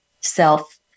self